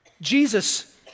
Jesus